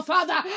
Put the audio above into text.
Father